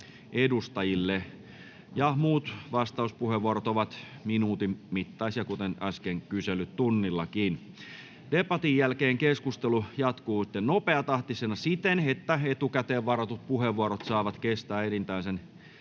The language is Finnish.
edustajille, ja muut vastauspuheenvuorot ovat minuutin mittaisia, kuten äsken kyselytunnillakin. Debatin jälkeen keskustelu jatkuu nopeatahtisena siten, että etukäteen varatut puheenvuorot saavat kestää enintään